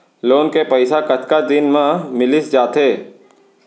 Loan के पइसा कतका दिन मा मिलिस जाथे?